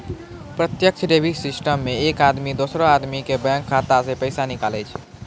प्रत्यक्ष debit system मे एक आदमी दोसरो आदमी के बैंक खाता से पैसा निकाले छै